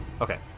Okay